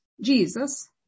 Jesus